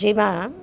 જેમાં